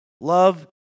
Love